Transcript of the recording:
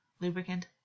lubricant